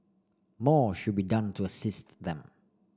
more should be done to assist them